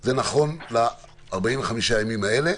זה נכון ל-45 ימים האלה.